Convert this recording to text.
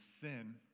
sin